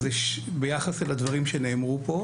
ביחס לדברים שנאמרו פה,